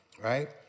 Right